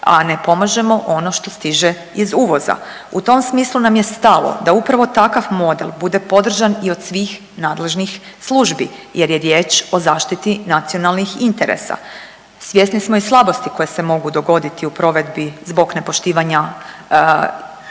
a ne pomažemo ono što stiže iz uvoza. U tom smislu nam je stalo da upravo takav model bude podržan i od svih nadležnih službi jer je riječ o zaštiti nacionalnih interesa. Svjesni smo i slabosti koje se mogu dogoditi u provedbi zbog nepoštivanja